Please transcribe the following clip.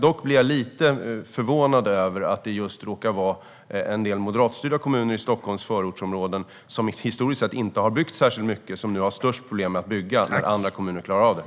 Dock blir jag lite förvånad över att det just råkar vara en del moderatstyrda kommuner i Stockholms förortsområden, som historiskt sett inte har byggt särskilt mycket, som nu har störst problem med att bygga när andra kommuner klarar av det.